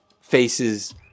faces